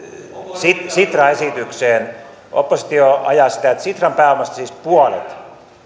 sitra esitykseen oppositio ajaa sitä että sitran pääomasta siis